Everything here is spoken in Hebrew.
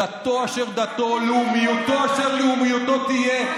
תהיה דתו אשר תהיה,